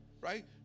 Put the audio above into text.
Right